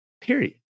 period